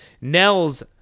Nels